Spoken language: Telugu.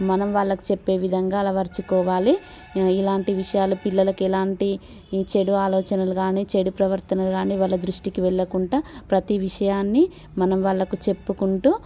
మనం వాళ్ళకు చెప్పే విధంగా అలవర్చుకోవాలి ఇలాంటి విషయాలు పిల్లలకి ఎలాంటి చెడు ఆలోచనలు కానీ చెడు ప్రవర్తన కానీ వాళ్ళ దృష్టికి వెళ్ళకుండా ప్రతీ విషయాన్ని మనం వాళ్ళకు చెప్పుకుంటూ